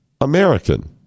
American